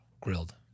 Grilled